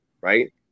right